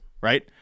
Right